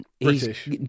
British